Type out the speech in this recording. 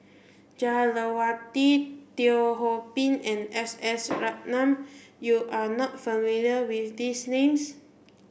Jah Lelawati Teo Ho Pin and S S Ratnam you are not familiar with these names